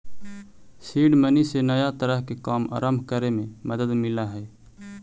seed money से नया तरह के काम आरंभ करे में मदद मिलऽ हई